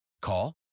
Call